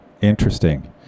Interesting